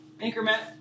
Increment